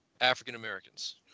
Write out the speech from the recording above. African-Americans